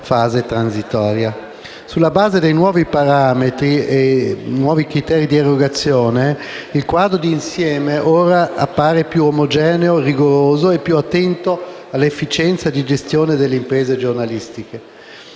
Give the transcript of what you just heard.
Sulla base dei nuovi parametri e criteri di erogazione il quadro di insieme appare più omogeneo e rigoroso e più attento all'efficienza di gestione delle imprese giornalistiche.